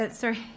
sorry